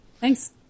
Thanks